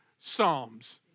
Psalms